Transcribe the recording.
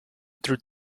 through